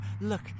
look